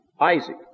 Isaac